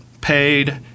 paid